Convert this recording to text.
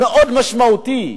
מאוד משמעותי,